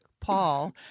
Paul